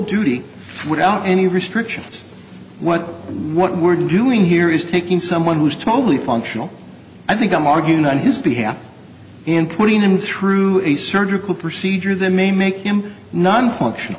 duty without any restrictions what what we're doing here is taking someone who's totally functional i think i'm arguing on his behalf and putting him through a surgical procedure that may make him nonfunctional